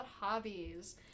hobbies